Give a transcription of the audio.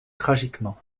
tragiquement